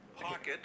Pocket